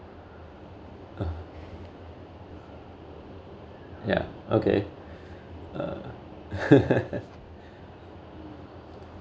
uh yeah okay uh